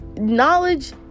knowledge